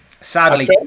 sadly